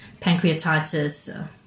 pancreatitis